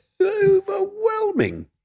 overwhelming